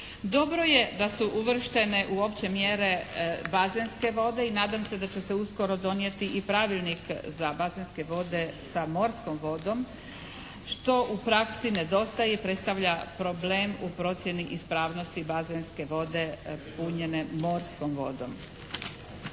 Dobro je da su uvrštene u opće mjere bazenske vode i nadam se da će se uskoro donijeti i pravilnik za bazenske vode sa morskom vodom što u praksi nedostaje i predstavlja problem u procjeni ispravnosti bazenske vode punjene morskom vodom.